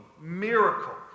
miracle